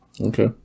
Okay